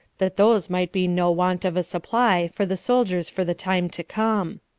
that those might be no want of a supply for the soldiers for the time to come.